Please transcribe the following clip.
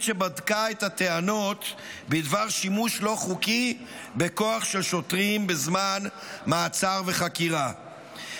שבדקה את הטענות בדבר שימוש לא חוקי בכוח של שוטרים בזמן מעצר וחקירה,